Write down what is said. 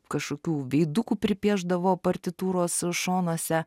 kažkokių veidukų pripiešdavo partitūros šonuose